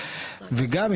וגם,